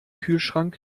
kühlschrank